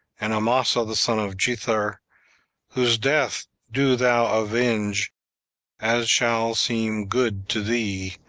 and amasa the son of jether whose death do thou avenge as shall seem good to thee,